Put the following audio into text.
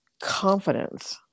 confidence